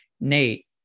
Nate